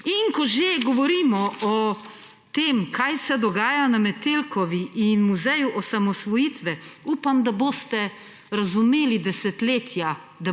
Ko že govorimo o tem, kaj se dogaja na Metelkovi in muzeju osamosvojitve, upam, da boste razumeli desetletja